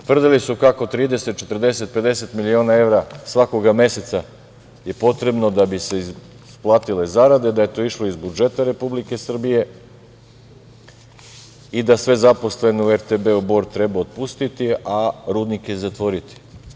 Tvrdili su kako 30, 40, 50 miliona evra svakog meseca je potrebno da bi se isplatite zarade, da je to išlo iz budžeta Republike Srbije i da sve zaposlene u „RTB Bor“ treba otpustiti, a rudnike zatvoriti.